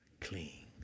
clean